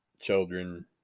children